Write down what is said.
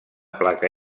placa